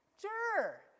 Sure